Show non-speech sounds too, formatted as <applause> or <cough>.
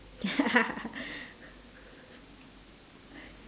<laughs>